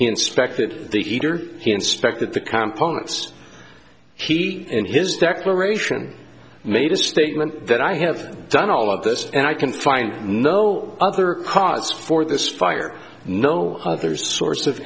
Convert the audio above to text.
inspected the heater he inspected the composites he in his declaration made a statement that i have done all of this and i can find no other cause for this fire no other source of